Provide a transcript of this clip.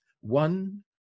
one